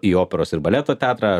į operos ir baleto teatrą